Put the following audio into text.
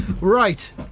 right